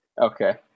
Okay